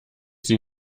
sie